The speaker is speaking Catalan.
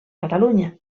catalunya